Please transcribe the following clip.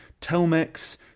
Telmex